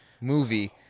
movie